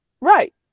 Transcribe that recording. right